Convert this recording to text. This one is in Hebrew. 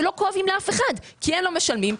שלא כואבים לאף אחד כי הם לא משלמים,